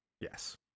yes